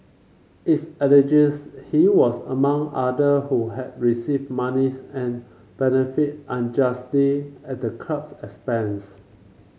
it's alleges he was among other who had received monies and benefited unjustly at the club's expense